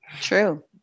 True